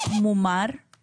יעכב עוד יותר את התהליך,